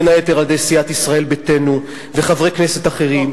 בין היתר על-ידי סיעת ישראל ביתנו וחברי כנסת אחרים.